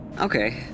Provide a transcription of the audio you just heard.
Okay